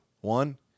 One